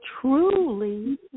truly